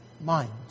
mind